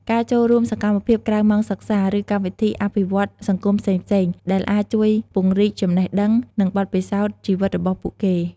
ការចូលរួមសកម្មភាពក្រៅម៉ោងសិក្សា ឬកម្មវិធីអភិវឌ្ឍន៍សង្គមផ្សេងៗ ដែលអាចជួយពង្រីកចំណេះដឹង និងបទពិសោធន៍ជីវិតរបស់ពួកគេ។